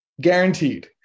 guaranteed